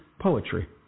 poetry